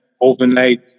overnight